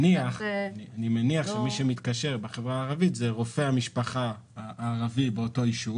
אני מניח שמי שמתקשר בחברה הערבית הוא רופא המשפחה הערבי באותו יישוב.